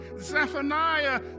Zephaniah